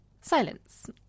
silence